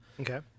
okay